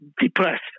depressed